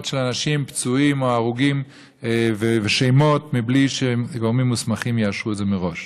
של אנשים פצועים או הרוגים ושמות בלי שגורמים מוסמכים יאשרו את זה מראש.